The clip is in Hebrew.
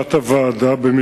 לישיבת הוועדה.